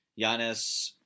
Giannis